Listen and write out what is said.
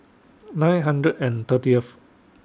nine hundred and thirtieth